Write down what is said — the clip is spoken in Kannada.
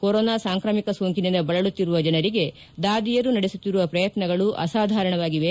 ಕೊರೊನಾ ಸಾಂಕ್ರಾಮಿಕ ಸೋಂಕಿನಿಂದ ಬಳಲುತ್ತಿರುವ ಜನರಿಗೆ ದಾದಿಯರು ನಡೆಸುತ್ತಿರುವ ಪ್ರಯತ್ನಗಳು ಅಸಾಧಾರಣವಾಗಿವೆ